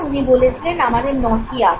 উনি বলেছিলেন আমাদের নটি আবেগ